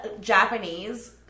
Japanese